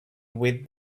with